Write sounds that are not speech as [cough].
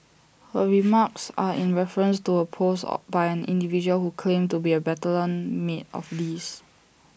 her remarks [noise] are in reference to A post by an individual who claimed to be A battalion mate [noise] of Lee's